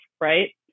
right